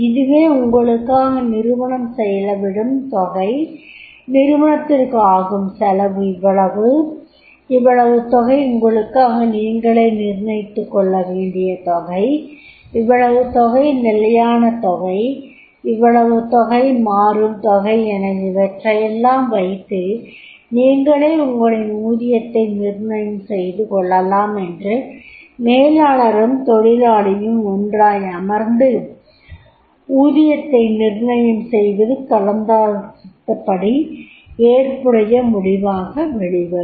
இதுவே உங்களுக்காக நிறுவனம் செலவிடும் தொகை நிறுவனத்திற்கு ஆகும் செலவு இவ்வளவு இவ்வளவு தொகை உங்களுக்காக நீங்களே நிர்ணயித்துக்கொள்ளவேண்டிய தொகை இவ்வளவு தொகை நிலையான தொகை இவ்வளவு தொகை மாறும் தொகை என இவற்றையெல்லாம் வைத்து நீங்களே உங்களின் ஊதியத்தை நிர்ணயம் செய்து கொள்ளலாமென்று மேலாளரும் தொழிலாளியும் ஒன்றாய் அம்ர்ந்து ஊதியத்தை நிர்ணயம் செய்வது கலந்தாலோசித்த ஏற்புடைய முடிவாக வெளிவரும்